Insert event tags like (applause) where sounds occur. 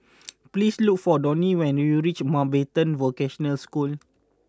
(noise) please look for Donny when you reach Mountbatten Vocational School